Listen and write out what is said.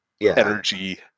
energy